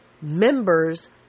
members